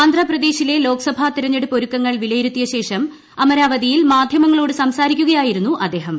ആന്ധ്രാപ്രദേശിലെ ലോക്സഭ തെരഞ്ഞെടുപ്പ് ഒരുക്കങ്ങൾ വിലയിരുത്തിയ ശേഷം അമരാവതിയിൽ മാധ്യമങ്ങളോട് സംസാരിക്കുകയായിരുന്നു അദ്ദേഹം